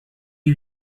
you